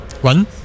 One